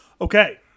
Okay